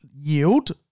yield